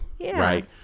right